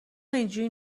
اینجوری